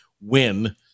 win